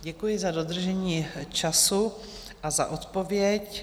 Děkuji za dodržení času a za odpověď.